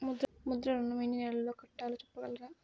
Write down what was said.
ముద్ర ఋణం ఎన్ని నెలల్లో కట్టలో చెప్పగలరా?